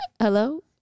hello